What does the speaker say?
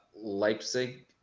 Leipzig